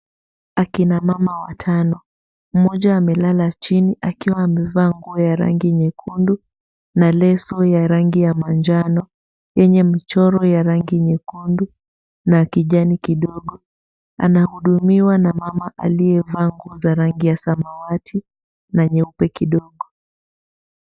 Aki na mama watano, mmoja amelala chini akiwa amevaa nguo ya ya rangi nyekundu na leso ya rangi ya manjano yenye michoro ya rangi nyekundu na kijani kidogo. Anahudumiwa na mama aliyevaa nguo za rangi ya samawati na nyeupe kidogo.